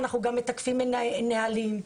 אנחנו גם מתקפים נהלים.